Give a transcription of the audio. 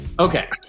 Okay